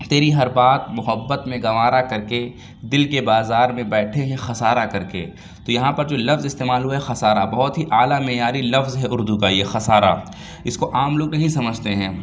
تیری ہر بات محبت میں گوارا کر کے دل کے بازار میں بیٹھے ہیں خسارہ کر کے تو یہاں پر جو لفظ استعمال ہوا ہے خسارہ بہت ہی اعلیٰ معیاری لفظ ہے اردو کا یہ خسارہ اس کو عام لوگ نہیں سمجھتے ہیں